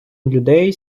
людей